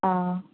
ᱚ